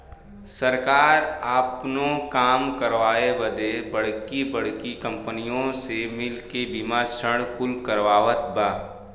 सरकार आपनो काम करावे बदे बड़की बड़्की कंपनीअन से मिल क बीमा ऋण कुल करवावत बा